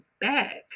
back